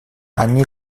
они